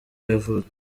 yavutse